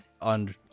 on